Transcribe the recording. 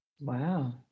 Wow